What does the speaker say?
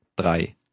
drei